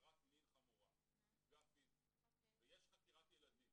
בעבירת מין פיזית חמורה, ויש חקירת ילדים